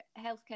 healthcare